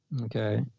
okay